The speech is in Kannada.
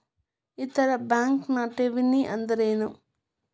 ಇತರ ಬ್ಯಾಂಕ್ನ ಠೇವಣಿ ಅನ್ದರೇನು?